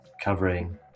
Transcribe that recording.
covering